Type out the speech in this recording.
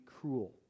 cruel